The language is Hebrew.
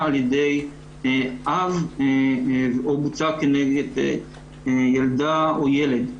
על ידי אב או בוצעה כנגד ילדה או ילד.